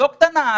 נבדוק את הנהג,